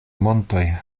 montoj